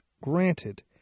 granted